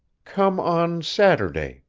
come on saturday,